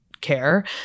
care